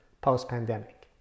post-pandemic